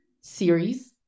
series